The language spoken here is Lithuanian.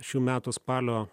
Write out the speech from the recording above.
šių metų spalio